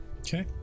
okay